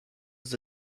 was